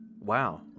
Wow